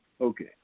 Okay